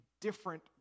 different